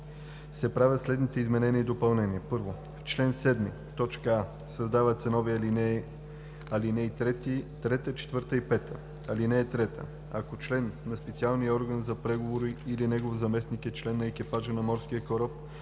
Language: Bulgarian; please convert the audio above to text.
се правят следните изменения и допълнения: 1. В чл. 7: а) създават се нови ал. 3, 4 и 5: „(3) Ако член на специалния орган за преговори или негов заместник е член на екипажа на морски кораб,